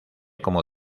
como